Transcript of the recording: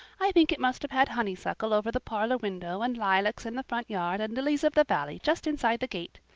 i think it must have had honeysuckle over the parlor window and lilacs in the front yard and lilies of the valley just inside the gate.